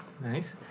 nice